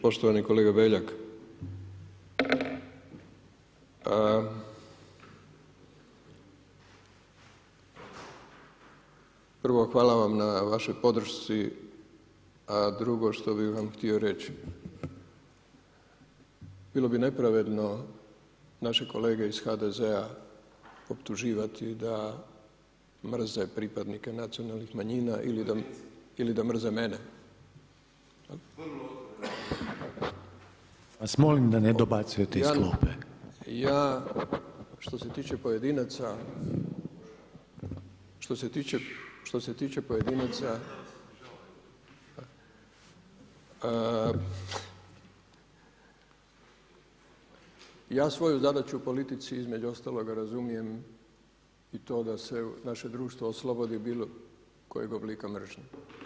Poštovani kolega Beljak, prvo hvala vam na vašoj podršci, drugo što bih vam htio reći, bilo bi nepravedno naše kolege iz HDZ-a optuživati da mrze pripadnike nacionalnih manjina ili da mrze mene. … [[Upadica se ne čuje.]] [[Upadica Reiner: Ja vas molim da ne dobacujete iz klupe.]] Ja što se tiče pojedinaca, što se tiče pojedinaca, ja svoju zadaću u politici između ostaloga razumijem i to da se naše društvo oslobodi bilo kojeg oblika mržnje.